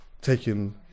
taking